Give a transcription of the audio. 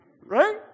Right